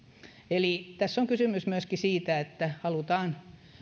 eli tässä on kysymys myöskin siitä että halutaan